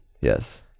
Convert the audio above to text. Yes